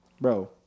Bro